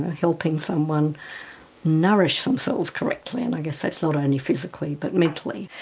helping someone nourish themselves correctly. and i guess that's not only physically but mentally,